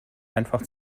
einfach